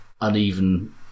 uneven